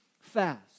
fast